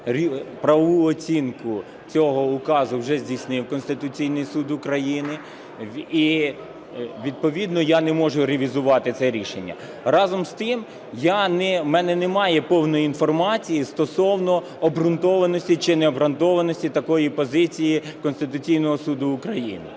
правову оцінку цього указу вже здійснив Конституційний Суд України і відповідно я не можу ревізувати це рішення. Разом з тим, в мене немає повної інформації стосовно обґрунтованості чи необґрунтованості такої позиції Конституційного Суду України.